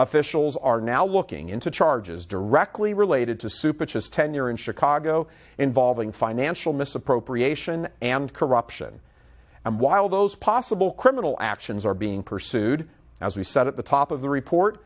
officials are now looking into charges directly related to super just tenure in chicago involving financial misappropriation and corruption and while those possible criminal actions are being pursued as we said at the top of the report